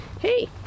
Hey